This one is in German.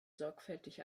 sorgfältig